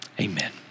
Amen